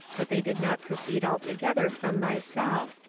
but they did not proceed altogether from myself.